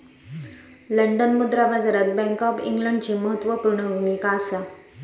London मुद्रा बाजारात bank of इंग्लंडची म्हत्त्वापूर्ण भुमिका असा